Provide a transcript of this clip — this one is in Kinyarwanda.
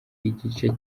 igice